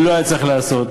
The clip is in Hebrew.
לא היה צריך לעשות,